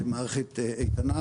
מערכת איתנה,